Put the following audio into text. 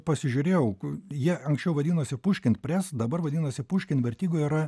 pasižiūrėjau jie anksčiau vadinosi puškin pres dabar vadinasi puškin vertigo yra